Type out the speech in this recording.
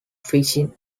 fishing